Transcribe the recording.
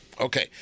Okay